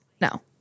No